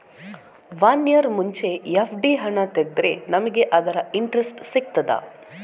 One year ಮುಂಚೆ FD ಹಣ ತೆಗೆದ್ರೆ ನಮಗೆ ಅದರ ಇಂಟ್ರೆಸ್ಟ್ ಸಿಗ್ತದ?